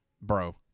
Bro